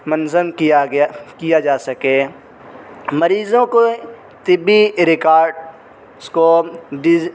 منظم کیا گیا کیا جا سکے مریضوں کو طبی ریکاڈ اس کو ڈیزی